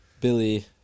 Billy